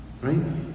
right